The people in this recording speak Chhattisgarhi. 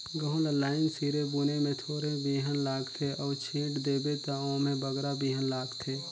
गहूँ ल लाईन सिरे बुने में थोरहें बीहन लागथे अउ छींट देबे ता ओम्हें बगरा बीहन लागथे